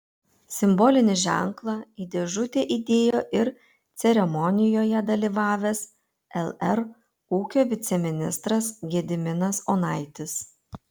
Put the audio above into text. simbolinį ženklą į dėžutę įdėjo ir ceremonijoje dalyvavęs lr ūkio viceministras gediminas onaitis